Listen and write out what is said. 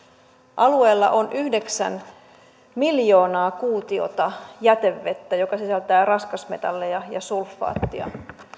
alueella on yhdeksän miljoonaa kuutiota jätevettä joka sisältää raskasmetalleja ja sulfaattia